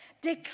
Declare